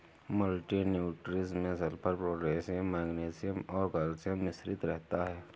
multi nutrients में sulphur, potassium magnesium और calcium मिश्रित रहता है